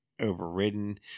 overridden